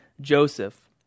Joseph